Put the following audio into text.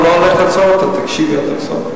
לא, אני לא הולך לעצור אותה, תקשיבי עד הסוף.